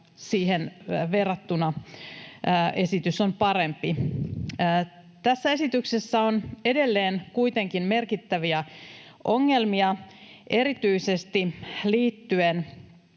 siihen verrattuna esitys on parempi. Tässä esityksessä on edelleen kuitenkin merkittäviä ongelmia erityisesti liittyen